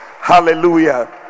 Hallelujah